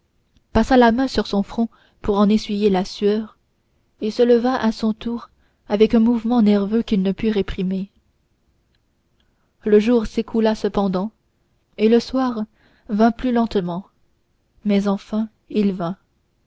passa la main sur son front pour en essuyer la sueur et se leva à son tour avec un mouvement nerveux qu'il ne put réprimer le jour s'écoula cependant et le soir vint plus lentement mais enfin il vint